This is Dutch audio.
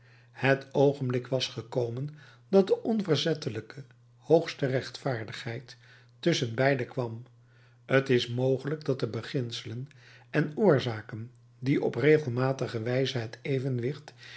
het oogenblik was gekomen dat de onverzettelijke hoogste rechtvaardigheid tusschenbeide kwam t is mogelijk dat de beginselen en oorzaken die op regelmatige wijze het evenwicht